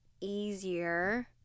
easier